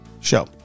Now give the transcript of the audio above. show